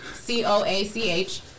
C-O-A-C-H